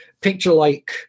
picture-like